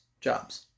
Jobs